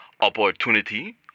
opportunity